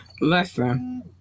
Listen